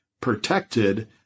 protected